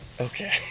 Okay